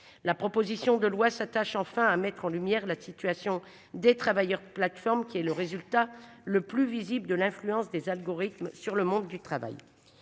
La proposition de loi s'attache enfin à mettre en lumière la situation des travailleurs plateforme qui est le résultat le plus visible de l'influence des algorithmes sur le monde du travail.